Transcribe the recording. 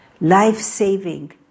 life-saving